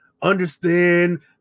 Understand